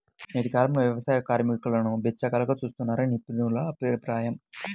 నేటి కాలంలో వ్యవసాయ కార్మికులను బిచ్చగాళ్లుగా చూస్తున్నారని నిపుణుల అభిప్రాయం